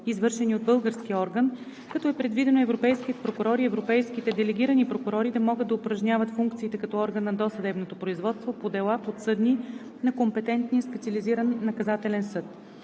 извършени от български орган, като е предвидено европейският прокурор и европейските делегирани прокурори да могат да упражняват функции като орган на досъдебното производство по дела, подсъдни на компетентния специализиран наказателен съд.